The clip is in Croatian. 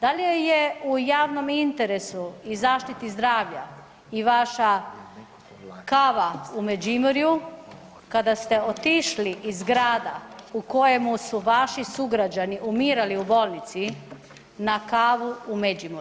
Da li je u javnom interesu i zaštiti zdravlja i vaša kava u Međimurju kada ste otišli iz grada u kojemu su vaši sugrađani umirali u bolnici na kavu u Međimurje?